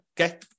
okay